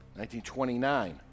1929